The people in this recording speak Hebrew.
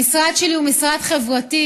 המשרד שלי הוא משרד חברתי.